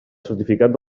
certificat